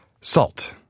Salt